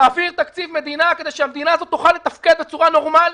להעביר תקציב מדינה כדי שהמדינה הזאת תוכל לתפקד בצורה נורמלית,